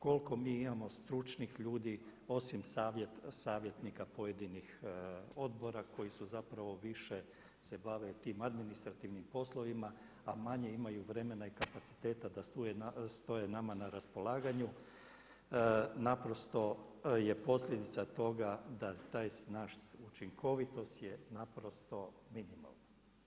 Koliko mi imamo stručnih ljudi osim savjetnika pojedinih odbora koji su zapravo više se bave tim administrativnim poslovima a manje imaju vremena i kapaciteta da stoje nama na raspolaganju naprosto je posljedica toga da taj naš, učinkovitost je naprosto minimalna.